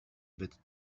bit